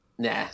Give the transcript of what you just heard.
Nah